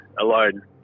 alone